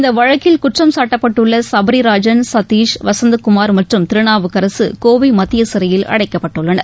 இந்த வழக்கில் குற்றம்சாட்டப்பட்டுள்ள சபரிராஜன் சதீஷ் வசந்தகுமார் மற்றும் திருநாவுக்கரசு கோவை மத்திய சிறையில் அடைக்கப்பட்டுள்ளனர்